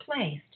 placed